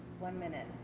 one minute.